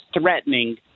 threatening